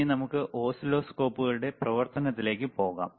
ഇനി നമുക്ക് ഓസിലോസ്കോപ്പുകളുടെ പ്രവർത്തനത്തിലേക്ക് പോകാം